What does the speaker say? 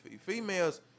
females